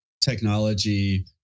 technology